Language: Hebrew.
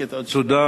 המנומקת עוד שאלה?